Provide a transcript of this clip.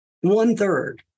one-third